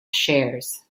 shares